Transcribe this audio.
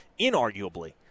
inarguably